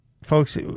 Folks